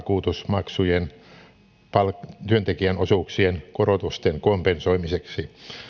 ja työttömyysvakuutusmaksujen työntekijän osuuksien korotusten kompensoimiseksi